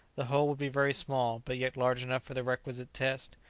the hole would be very small, but yet large enough for the requisite test.